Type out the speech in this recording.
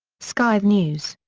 sky news.